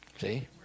See